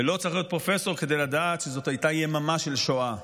ולא צריך להיות פרופסור כדי לדעת שזאת הייתה יממה של שואה,